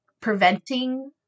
preventing –